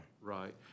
Right